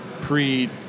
pre-